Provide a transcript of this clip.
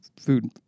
food